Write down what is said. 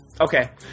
Okay